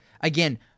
Again